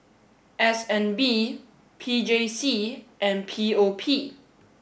S N B P J C and P O P